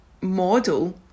model